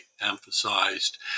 emphasized